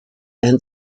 and